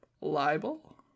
libel